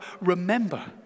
Remember